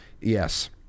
yes